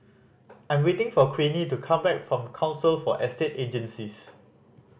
I'm waiting for Queenie to come back from Council for Estate Agencies